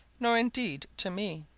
nor indeed to me,